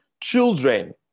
children